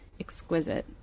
exquisite